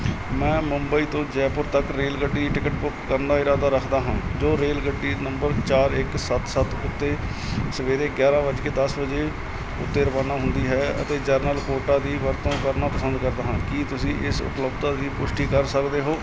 ਮੈਂ ਮੁੰਬਈ ਤੋਂ ਜੈਪੁਰ ਤੱਕ ਰੇਲਗੱਡੀ ਟਿਕਟ ਬੁੱਕ ਕਰਨ ਦਾ ਇਰਾਦਾ ਰੱਖਦਾ ਹਾਂ ਜੋ ਰੇਲਗੱਡੀ ਨੰਬਰ ਚਾਰ ਇੱਕ ਸੱਤ ਸੱਤ ਉੱਤੇ ਸਵੇਰੇ ਗਿਆਰ੍ਹਾਂ ਵੱਜ ਕੇ ਦਸ ਵਜੇ ਉੱਤੇ ਰਵਾਨਾ ਹੁੰਦੀ ਹੈ ਅਤੇ ਜਨਰਲ ਕੋਟਾ ਦੀ ਵਰਤੋਂ ਕਰਨਾ ਪਸੰਦ ਕਰਦਾ ਹਾਂ ਕੀ ਤੁਸੀਂ ਇਸ ਦੀ ਉਪਲੱਬਧਤਾ ਦੀ ਪੁਸ਼ਟੀ ਕਰ ਸਕਦੇ ਹੋ